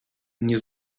nie